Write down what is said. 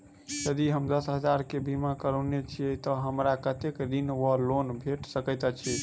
यदि हम दस हजार केँ बीमा करौने छीयै तऽ हमरा कत्तेक ऋण वा लोन भेट सकैत अछि?